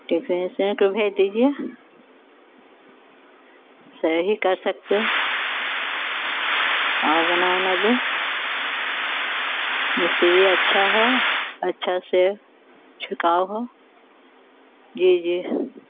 technician کو بھیج دیجیے صحیح کر سکتے ہو ہاں بنا انا دے مستری اچھا ہو اچھا سے چھڑکاؤ ہو جی جی